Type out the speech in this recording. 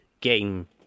game